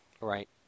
Right